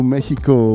Mexico